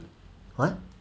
what